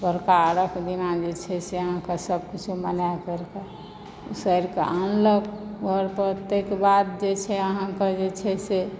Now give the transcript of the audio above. भोरका अर्घ्य दिना जे छै से अहाँक सभकिछो बना करिकऽ उसरिगकऽ आनलक घर पर ताहिकऽ बाद जे छै अहाँक जे छै से